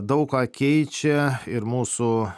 daug ką keičia ir mūsų